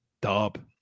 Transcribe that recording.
Dub